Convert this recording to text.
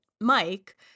Mike